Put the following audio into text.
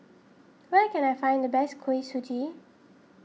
where can I find the best Kuih Suji